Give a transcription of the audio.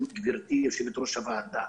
גברתי יושבת-ראש הוועדה,